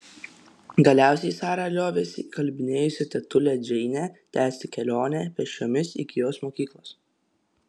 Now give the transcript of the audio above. galiausiai sara liovėsi įkalbinėjusi tetulę džeinę tęsti kelionę pėsčiomis iki jos mokyklos